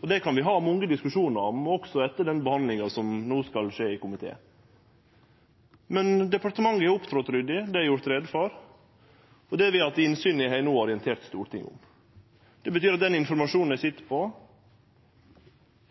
det. Det kan vi ha mange diskusjonar om, også etter den behandlinga som no skal skje i komité. Men departementet har opptredd ryddig. Det har eg gjort greie for. Det vi har hatt innsyn i, har eg no orientert Stortinget om. Det betyr at den informasjonen eg sit på